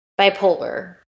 bipolar